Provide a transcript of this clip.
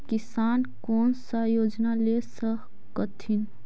किसान कोन सा योजना ले स कथीन?